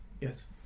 Yes